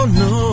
no